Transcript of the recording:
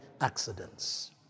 accidents